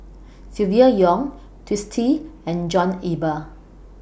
Silvia Yong Twisstii and John Eber